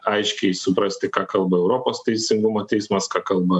aiškiai suprasti ką kalba europos teisingumo teismas ką kalba